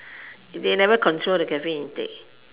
if they never control the caffeine intake